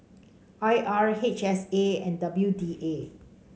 I R H S A and W D A